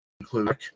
include